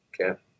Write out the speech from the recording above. Okay